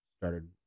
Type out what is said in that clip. started